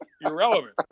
Irrelevant